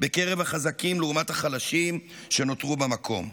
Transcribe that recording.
בקרב החזקים, לעומת החלשים שנותרו במקום.